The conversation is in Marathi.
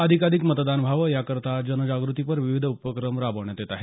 अधिकाधिक मतदान व्हावं या करता जनजागृतीपर विविध उपक्रम राबवण्यात येत आहेत